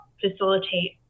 facilitate